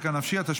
(הוראות לעניין דמי הפצה),